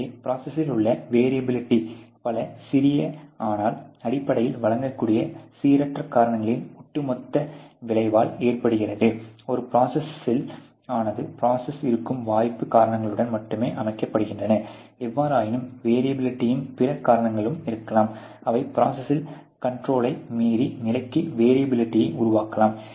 எனவே ப்ரோசஸில் உள்ள வெரியபிளிட்டி பல சிறிய ஆனால் அடிப்படையில் வழங்கக்கூடிய சீரற்ற காரணங்களின் ஒட்டுமொத்த விளைவால் ஏற்படுகிறது ஒரு ப்ரோசஸ் ஆனாது ப்ரோசஸில் இருக்கும் வாய்ப்புக் காரணங்களுடன் மட்டுமே அமைக்கப்படுகிறது எவ்வாறாயினும் வெரியபிளிட்டியின் பிற காரணங்களும் இருக்கலாம் அவை ப்ரோசஸில் கண்ட்ரோலை மீறிய நிலைக்கு வெரியபிளிட்டியை உருவாக்கலாம்